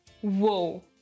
whoa